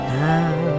now